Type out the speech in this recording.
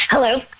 Hello